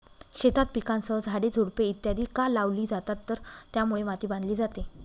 शेतात पिकांसह झाडे, झुडपे इत्यादि का लावली जातात तर त्यामुळे माती बांधली जाते